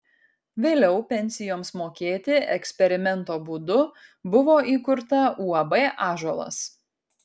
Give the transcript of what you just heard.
vėliau pensijoms mokėti eksperimento būdu buvo įkurta uab ąžuolas